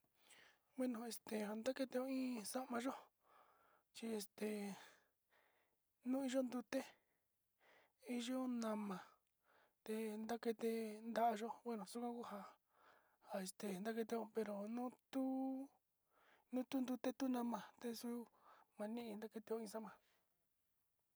Ja ntaketeyo in sa’amayo chi nu iyo ntute te iyo nama te ntaketeyo kuniyo te ku´unio yoka te skuitakayo nu kan tii savo ntayichi.